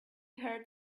heard